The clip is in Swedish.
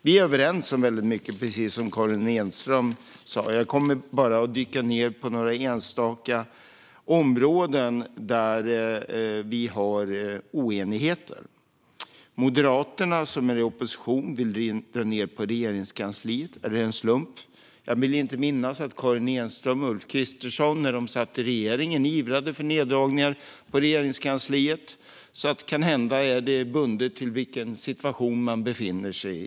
Vi är överens om mycket, precis som Karin Enström sa, så jag kommer att dyka ned enbart på några enstaka områden där vi är oeniga. Moderaterna, som är i opposition, vill dra ned på Regeringskansliet. Är det en slump? Jag minns inte att Karin Enström och Ulf Kristersson ivrade för neddragningar på Regeringskansliet när de satt i regeringen. Kanhända är det bundet till vilken situation man befinner sig i.